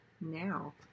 now